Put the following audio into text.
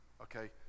Okay